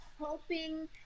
hoping